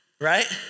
Right